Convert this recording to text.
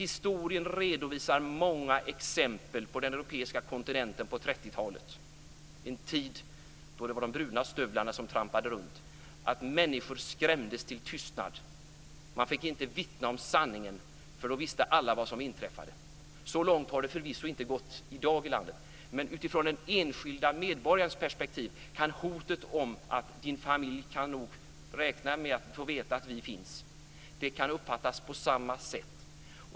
Historien redovisar många exempel från den europeiska kontinenten på 30-talet, en tid då det var de bruna stövlarna som trampade runt och människor skrämdes till tystnad. Man fick inte vittna om sanningen, för då visste alla vad som inträffade.